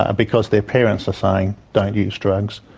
ah because their parents are saying, don't use drugs,